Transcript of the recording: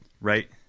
right